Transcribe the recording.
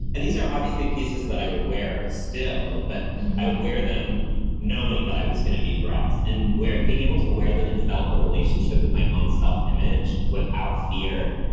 and these are obviously pieces that i would wear still, but i would wear them knowing that i was going to be harassed and being able to wear them and develop a relationship with my own self-image without fear.